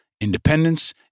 independence